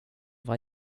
vad